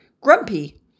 grumpy